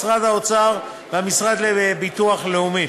משרד האוצר והמוסד לביטוח לאומי.